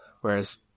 whereas